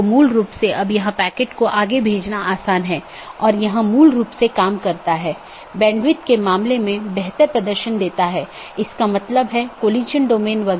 एक stub AS केवल स्थानीय ट्रैफ़िक ले जा सकता है क्योंकि यह AS के लिए एक कनेक्शन है लेकिन उस पार कोई अन्य AS नहीं है